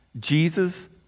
Jesus